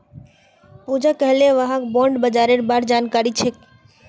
पूजा कहले कि वहाक बॉण्ड बाजारेर बार जानकारी छेक